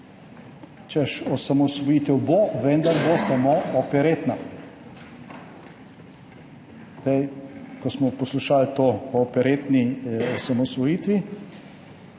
češ osamosvojitev bo, vendar bo samo operetna. Ko smo poslušali o operetni osamosvojitvi,